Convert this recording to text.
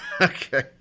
Okay